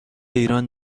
ایران